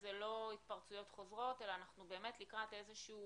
זה לא התפרצויות חוזרות אלא אנחנו באמת לקראת איזה שהוא